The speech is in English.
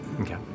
Okay